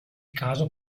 caso